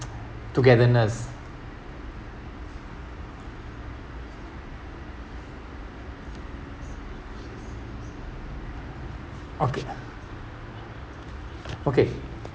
togetherness okay okay